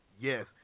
Yes